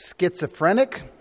schizophrenic